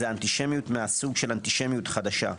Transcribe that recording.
היא מהסוג של אנטישמיות חדשה.